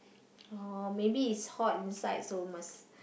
oh maybe it's hot inside so must